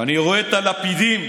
אני רואה את הלפידים